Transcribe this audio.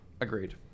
agreed